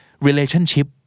Relationship